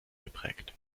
geprägt